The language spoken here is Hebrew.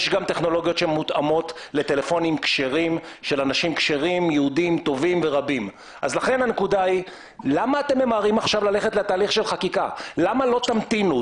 לא קשורים בכלל לעיקוב הדיגיטלי,